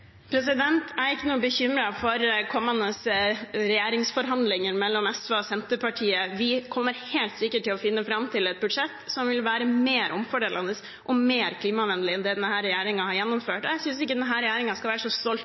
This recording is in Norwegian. Jeg er ikke noe bekymret for kommende regjeringsforhandlinger mellom SV og Senterpartiet. Vi kommer helt sikkert til å finne fram til et budsjett som vil være mer omfordelende og mer klimavennlig enn det denne regjeringen har gjennomført. Jeg synes ikke denne regjeringen skal være så stolt